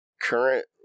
current